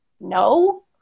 no